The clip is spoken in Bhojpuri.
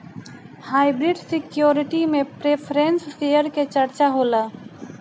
हाइब्रिड सिक्योरिटी में प्रेफरेंस शेयर के चर्चा होला